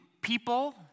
people